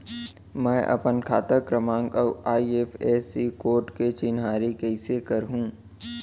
मैं अपन खाता क्रमाँक अऊ आई.एफ.एस.सी कोड के चिन्हारी कइसे करहूँ?